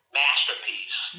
masterpiece